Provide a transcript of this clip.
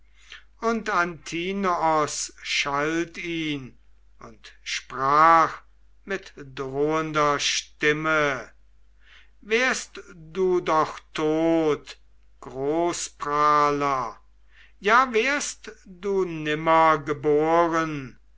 und antinoos schalt ihn und sprach mit drohender stimme wärst du doch tot großprahler ja wärst du nimmer geboren